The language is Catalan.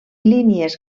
línies